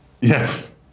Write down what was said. Yes